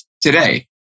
today